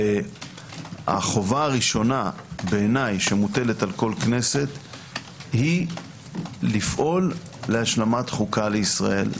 החובה הראשונה בעיניי שמוטלת על כל כנסת היא לפעול להשלמת חוקה לישראל.